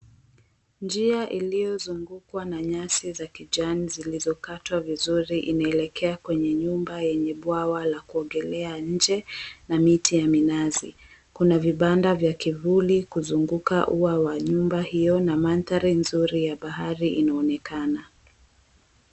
Njia iliyozungukwa na nyasi za kijani zilizokatwa vizuri inaelekea kwenye nyumba yenye bwawa la kuogelea nje na miti ya minazi. 𝐾una vibanda vya kivuli kuzunguka ua wa nyumba hiyo na maandhari nzuri ya bahari inaonekana.